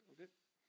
Okay